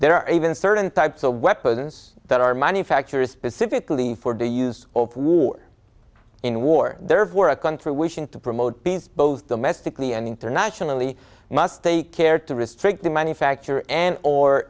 are even certain types of weapons that are manufactures specifically for the use of war in war therefore a country wishing to promote peace both domestically and internationally must take care to restrict the manufacture and or